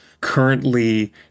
currently